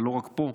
לא רק פה,